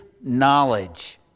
knowledge